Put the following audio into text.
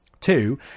two